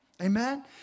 Amen